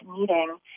meeting